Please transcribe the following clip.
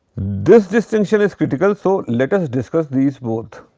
this distinction is critical so, let us discuss these both